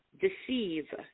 Deceive